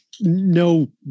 no